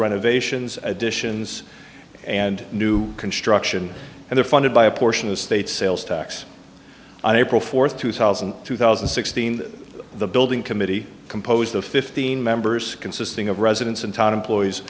renovations additions and new construction and they're funded by a portion of state sales tax on april fourth two thousand and two thousand and sixteen the building committee composed of fifteen members consisting of residents and town employees